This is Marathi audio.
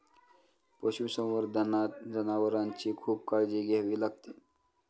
पशुसंवर्धनात जनावरांची खूप काळजी घ्यावी लागते